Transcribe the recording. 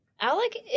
Alec